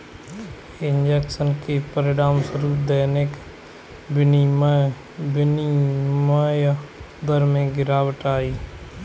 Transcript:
injection के परिणामस्वरूप दैनिक विनिमय दर में गिरावट आई